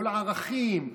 כל הערכים,